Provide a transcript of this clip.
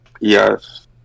Yes